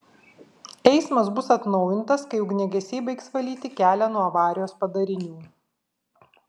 eismas bus atnaujintas kai ugniagesiai baigs valyti kelią nuo avarijos padarinių